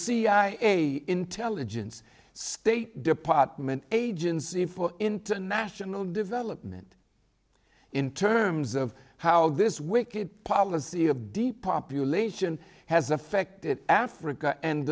cia intelligence state department agency for international development in terms of how this wicked policy of d population has affected africa and